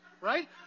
right